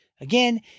Again